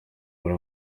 muri